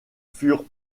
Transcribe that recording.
furent